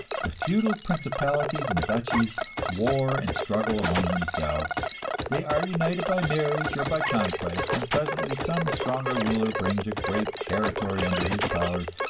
the feudal principalities and duchies war and struggle among themselves they are united by marriage or by conquest, and presently some stronger ruler brings a great territory under his power,